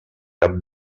cap